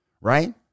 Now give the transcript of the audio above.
right